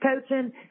coaching